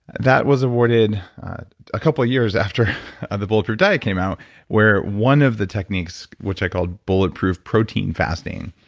that was awarded a couple years after the bulletproof diet came out where one of the techniques, which i called bulletproof protein fasting,